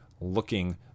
looking